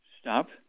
Stop